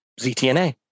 ZTNA